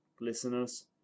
listeners